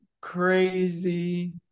crazy